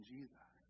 Jesus